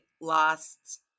lost